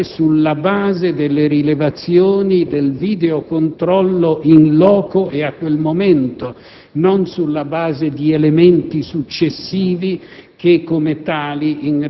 riferita agli accertamenti da fare sulla base delle rilevazioni del videocontrollo *in* *loco* e a quel momento,